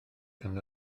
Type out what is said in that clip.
gan